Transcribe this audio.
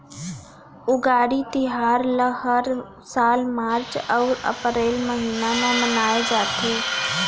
उगादी तिहार ल हर साल मार्च अउ अपरेल महिना म मनाए जाथे